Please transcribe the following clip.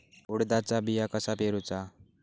उडदाचा बिया कसा पेरूचा?